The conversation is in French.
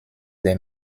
des